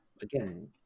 again